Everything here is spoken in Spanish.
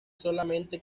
solamente